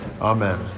Amen